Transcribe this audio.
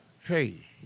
Hey